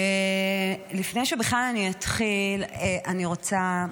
לפני שבכלל אתחיל, אני רוצה,